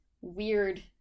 weird